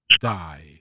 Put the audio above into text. die